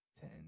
ten